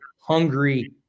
hungry